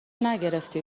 نگرفتی